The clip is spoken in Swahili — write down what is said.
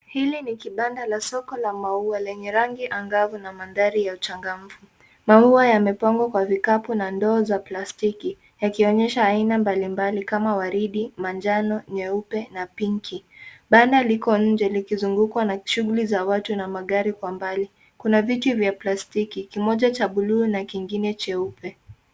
Hili ni kibanda la soko la maua lenye rangi angavu na mandhari ya uchangamfu. Maua yamepangwa kwa vikapu na ndoo za plastiki yakionyesha aina mbalimbali kama waridi, manjano, nyeupe na pinki. Banda liko nje likizungukwa na shugli za watu na magari kwa mbali. Kuna viti vya palstiki kimoja cha buluu na kingine cheupe.